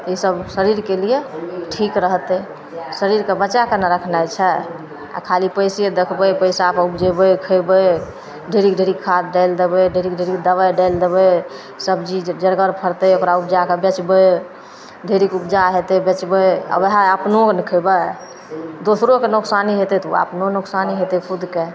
ईसब शरीरके लिए ठीक रहतै शरीरके बचाके ने रखनाइ छै आओर खाली पइसे देखबै पइसापर उपजेबै खएबै ढेरीके ढेरी खाद डालि देबै ढेरीके ढेरी दवाइ डालि देबै सबजी जे जेरगर फड़तै ओकरा उपजैके बेचबै ढेरिक उपजा हेतै बेचबै आओर वएह अपनहु ने खएबै दोसरोके नोकसानी हेतै तऽ ओ अपनहु नोकसानी हेतै खुदके